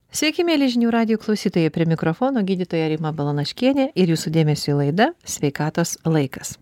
sykį mieli žinių radijo klausytoja prie mikrofono gydytoja rima balanaškienė ir jūsų dėmesiui laida sveikatos laikas